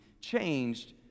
changed